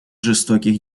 жестоких